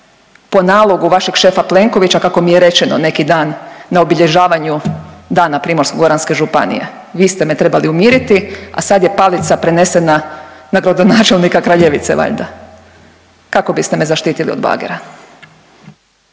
po nalogu vašeg šefa Plenkovića kako mi je rečeno neki dan na obilježavanju Dana PGŽ-a vi ste me trebali umiriti, a sad je palica prenesena na gradonačelnika Kraljevice valjda kako biste me zaštitili od bagera.